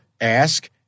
ask